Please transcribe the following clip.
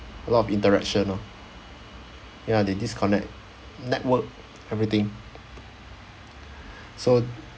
a lot of interaction orh ya they disconnect network everything so